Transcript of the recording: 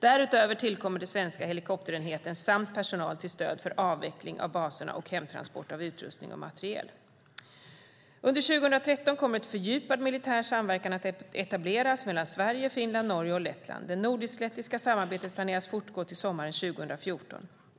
Därutöver tillkommer den svenska helikopterenheten samt personal till stöd för avveckling av baserna och hemtransport av utrustning och materiel. Under 2013 kommer en fördjupad militär samverkan att etableras mellan Sverige, Finland, Norge och Lettland. Det nordisk-lettiska samarbetet planeras fortgå till sommaren 2014.